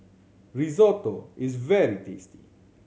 risotto is very tasty